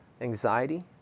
anxiety